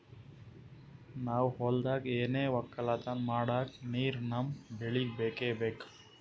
ನಾವ್ ಹೊಲ್ದಾಗ್ ಏನೆ ವಕ್ಕಲತನ ಮಾಡಕ್ ನೀರ್ ನಮ್ ಬೆಳಿಗ್ ಬೇಕೆ ಬೇಕು